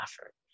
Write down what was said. effort